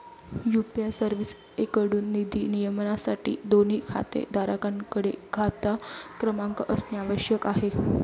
UPI सर्व्हिसेसएकडून निधी नियमनासाठी, दोन्ही खातेधारकांकडे खाता क्रमांक असणे आवश्यक आहे